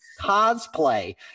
cosplay